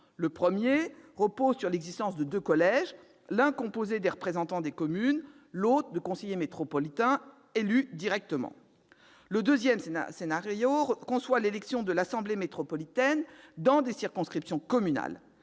Le premier repose sur l'existence de deux collèges, l'un composé des représentants des communes, l'autre de conseillers métropolitains élus directement. Le deuxième conçoit l'élection de l'assemblée métropolitaine dans des circonscriptions communales,